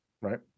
right